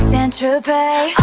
Saint-Tropez